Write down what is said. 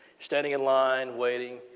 standing in line, waiting.